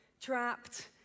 trapped